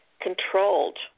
controlled